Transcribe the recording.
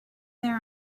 there